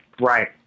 right